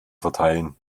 verteilen